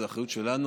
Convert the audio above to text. זה אחריות שלנו.